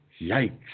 Yikes